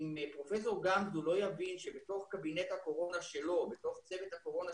אם פרופ' גמזו לא יבין שבתוך קבינט הקורונה שלו כדאי